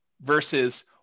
versus